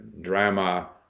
drama